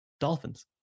Dolphins